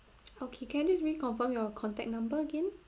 okay can I just reconfirm your contact number again